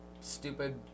stupid